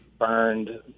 burned